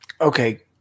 Okay